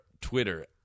Twitter